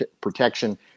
protection